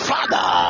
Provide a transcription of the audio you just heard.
Father